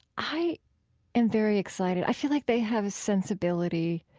i am very excited. i feel like they have a sensibility.